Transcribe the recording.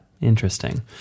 Interesting